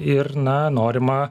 ir na norima